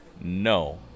no